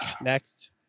Next